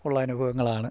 ഉള്ള അനുഭവങ്ങളാണ്